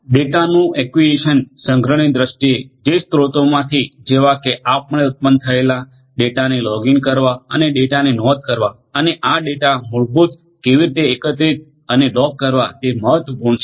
ડેટાનું એકવીઝન સંગ્રહની દ્રષ્ટિએ જે સ્રોતોમાંથી જેવા કે આપમેળે ઉત્પન્ન થયેલ ડેટાને લોગઇન કરવા અને ડેટાને નોંધ કરવા અને આ ડેટા મૂળભૂત કેવીરીતે એકત્રિત અને લોગ કરવા તે મહત્વપૂર્ણ છે